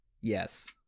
Yes